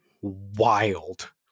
wild